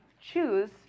choose